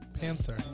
panther